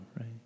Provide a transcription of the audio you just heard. right